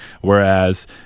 whereas